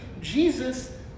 Jesus